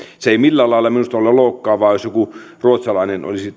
se ei millään lailla minusta ole loukkaavaa jos joku ruotsalainen